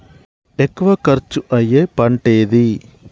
ఎక్కువ ఖర్చు అయ్యే పంటేది?